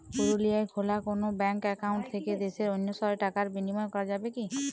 পুরুলিয়ায় খোলা কোনো ব্যাঙ্ক অ্যাকাউন্ট থেকে দেশের অন্য শহরে টাকার বিনিময় করা যাবে কি?